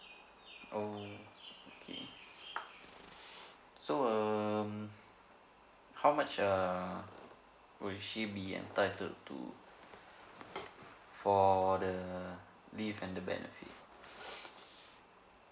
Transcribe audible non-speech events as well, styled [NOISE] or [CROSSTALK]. oh okay so um how much err will she be entitled to for the leave and the benefit [BREATH]